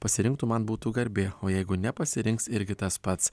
pasirinktų man būtų garbė o jeigu nepasirinks irgi tas pats